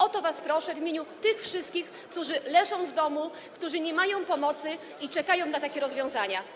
O to was proszę w imieniu tych wszystkich, którzy leżą w domu, nie mają pomocy i czekają na takie rozwiązania.